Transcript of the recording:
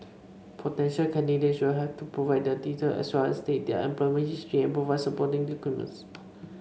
potential candidates will have to provide their details as well as state their employment history and provide supporting documents